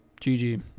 GG